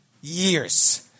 years